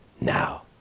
now